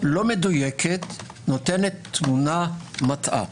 לא מדויקת, נותנת תמונה מטעה.